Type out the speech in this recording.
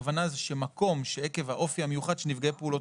הכוונה זה שמקום שעקב האופי המיוחד של נפגעי פעולות